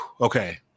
okay